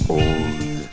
old